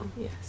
Yes